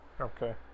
Okay